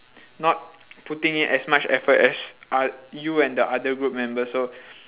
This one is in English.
not putting in as much effort as oth~ you and the other group members so